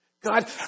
God